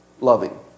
loving